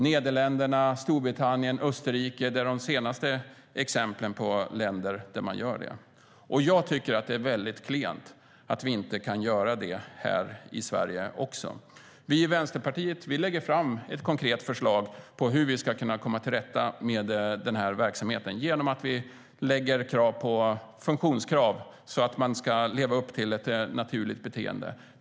Nederländerna, Storbritannien och Österrike är de senaste exemplen på länder där man gör det. Jag tycker att det är väldigt klent att vi inte kan göra samma sak också i Sverige.Vi i Vänsterpartiet lägger fram ett konkret förslag till hur vi ska kunna komma till rätta med den här verksamheten. Det gör vi genom att ställa funktionskrav så att djuren ska leva upp till ett naturligt beteende.